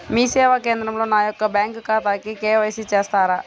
మీ సేవా కేంద్రంలో నా యొక్క బ్యాంకు ఖాతాకి కే.వై.సి చేస్తారా?